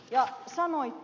ja vastasitte